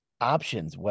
options